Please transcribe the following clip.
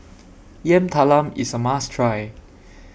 Yam Talam IS A must Try